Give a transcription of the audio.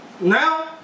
Now